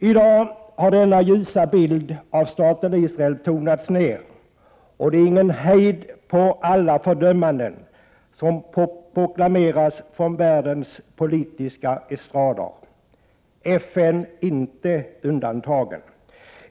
I dag har denna ljusa bild av staten Israel tonats ned, och det är ingen hejd på alla fördömanden som proklameras från världens politiska estrader — FN inte undantaget.